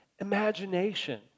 Imagination